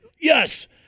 yes